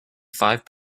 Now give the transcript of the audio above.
five